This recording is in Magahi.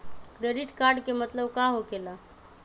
क्रेडिट कार्ड के मतलब का होकेला?